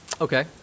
okay